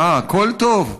מה, הכול טוב.